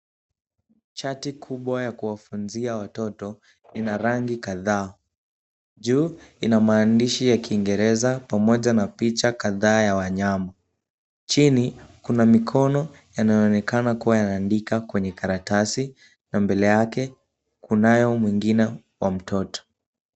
Chati kubwa ya kuwafunzia watoto, ina rangi kadhaa. Juu, ina maandishi ya Kiingereza, pamoja na picha kadhaa ya wanyama. Chini, kuna mikono, yanayoonekana kuwa yanaandika kwenye karatasi na mbele yake, kunayo mwingine wa mtoto.